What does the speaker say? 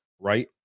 right